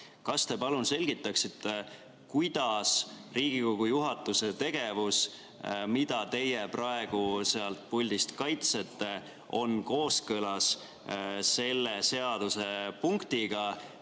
Kas te palun selgitaksite, kuidas Riigikogu juhatuse tegevus, mida teie praegu sealt puldist kaitsete, on kooskõlas selle seadusepunktiga,